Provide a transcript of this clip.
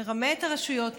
מרמה את הרשויות,